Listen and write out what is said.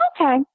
Okay